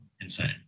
insane